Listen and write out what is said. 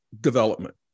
development